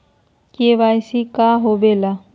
KYC का होवेला?